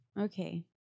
okay